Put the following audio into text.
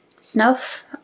snuff